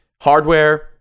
hardware